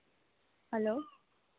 hello